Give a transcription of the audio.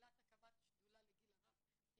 מתחילת הקמת שדולה לגיל הרך,